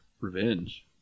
revenge